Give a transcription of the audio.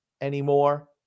anymore